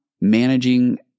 managing